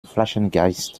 flaschengeist